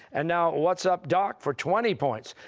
and now what's up, doc? for twenty points.